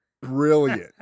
brilliant